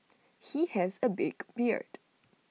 he has A big beard